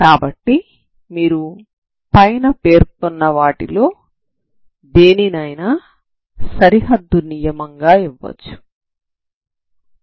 కాబట్టి మీరు పైన పేర్కొన్న వాటిలో దేనినైనా సరిహద్దు నియమంగా ఇవ్వవచ్చుసరేనా